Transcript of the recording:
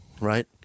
Right